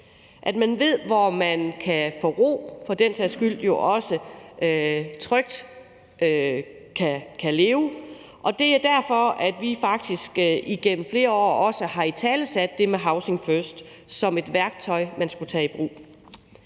at man ved, hvor man kan få ro og for den sags skyld jo også trygt kan leve, og det er derfor, at vi faktisk også igennem flere år har italesat det med housing first som et værktøj, man skulle tage i brug.